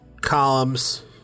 columns